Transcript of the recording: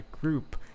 group